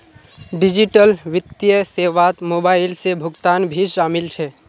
digital वित्तीय सेवात mobile से भुगतान भी शामिल छे